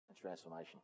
transformation